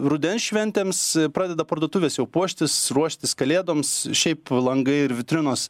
rudens šventėms pradeda parduotuvės jau puoštis ruoštis kalėdoms šiaip langai ir vitrinos